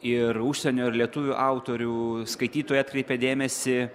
ir užsienio ir lietuvių autorių skaitytojai atkreipia dėmesį